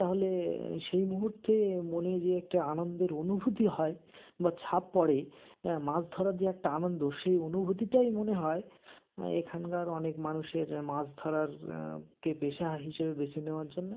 তাহলে সেই মুহূর্তে মনে যে একটা আনন্দের অনুভূতি হয় বা ছাপ পড়ে হ্যাঁ মাছ ধরার যে একটা আনন্দ সেই অনুভূতিটাই মনে হয় এখানকার অনেক মানুষের মাছ ধরার কে পেশা হিসেবে বেছে নেওয়ার জন্য